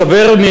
מסתבר,